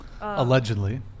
allegedly